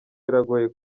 biragoye